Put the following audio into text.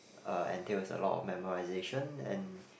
uh entails a lot of memorisation and